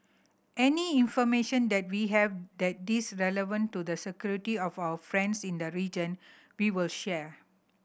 any information that we have that this relevant to the security of our friends in the region we will share